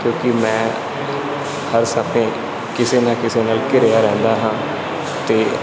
ਕਿਉਂਕਿ ਮੈਂ ਹਰ ਸਫੇ ਕਿਸੇ ਨਾ ਕਿਸੇ ਨਾਲ ਘਿਰਿਆ ਰਹਿੰਦਾ ਹਾਂ ਅਤੇ